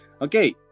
Okay